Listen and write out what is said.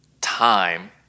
time